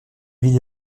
ville